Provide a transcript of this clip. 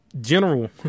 general